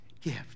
gift